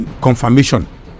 confirmation